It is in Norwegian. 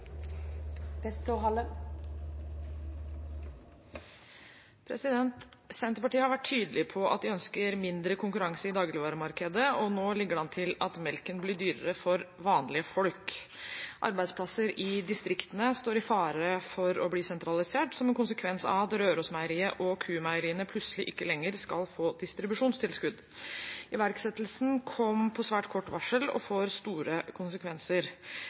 har vært tydelige på at de ønsker mindre konkurranse i deler av dagligvaremarkedet, og nå ligger det an til at melken blir dyrere for vanlige folk. Arbeidsplasser i distriktene står i fare for å bli sentralisert som en konsekvens av at Rørosmeieriet og Q-Meieriene plutselig ikke lenger skal få distribusjonstilskudd. Iverksettelsen kom med svært kort varsel og får store konsekvenser.